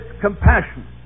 compassion